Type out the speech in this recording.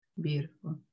beautiful